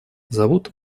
зовут